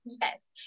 Yes